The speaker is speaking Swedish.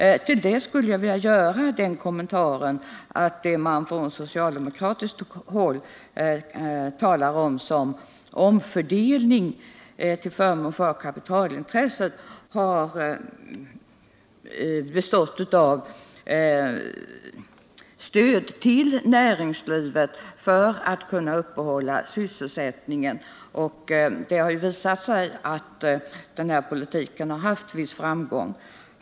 Till detta påstående skulle jag vilja göra den kommentaren att det som man från socialdemokratiskt håll talar om såsom en omfördelning till förmån för kapitalintressena har bestått av stöd till näringslivet så att det kunnat upprätthålla sysselsättningen. Det har visat sig att denna politik har haft viss framgång.